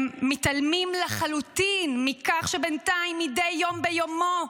הם מתעלמים לחלוטין מכך שבינתיים, מדי יום ביומו,